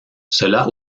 cela